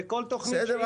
בסדר,